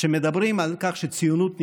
שמדברים על כך שהציונות נגמרה,